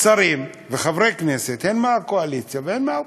שרים וחברי כנסת, הן מהקואליציה והן מהאופוזיציה,